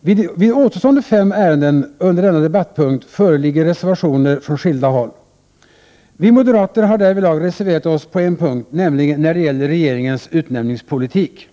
Vid återstående fem ärenden under denna debattpunkt föreligger reservationer från skilda håll. Vi moderater har därvidlag reserverat oss på en punkt, nämligen när det gäller regeringens utnämningspolitik.